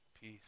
peace